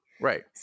right